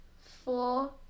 Four